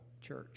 church